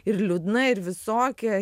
ir liūdna ir visokia